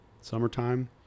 summertime